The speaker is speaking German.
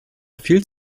viel